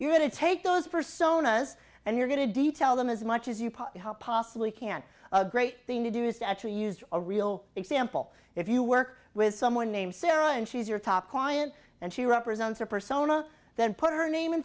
you're going to take those personas and you're going to do you tell them as much as you possibly can a great thing to do is actually used a real example if you work with someone named sarah and she's your top quiet and she represents her persona then put her nam